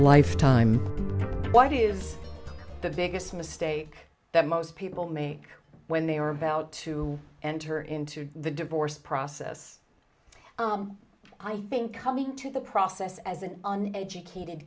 lifetime what is the biggest mistake that most people make when they are about to enter into the divorce process i think coming to the process as an educated